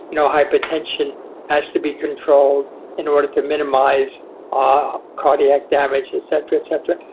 know hypertension has to be controlled in order to minimize ah cardiac damage, etc, etc.